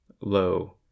Lo